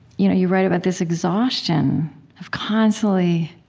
you know you write about this exhaustion of constantly